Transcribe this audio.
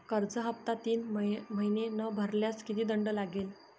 कर्ज हफ्ता तीन महिने न भरल्यास किती दंड लागेल?